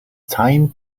time